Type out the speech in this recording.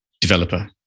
developer